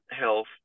health